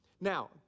Now